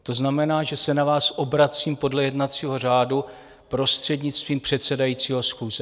To znamená, že se na vás obracím podle jednacího řádu prostřednictvím předsedajícího schůze.